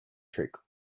trick